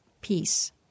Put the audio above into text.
peace